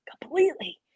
completely